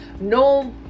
no